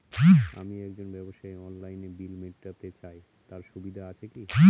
আমি একজন ব্যবসায়ী অনলাইনে বিল মিটাতে চাই তার সুবিধা আছে কি?